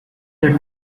the